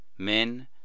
Men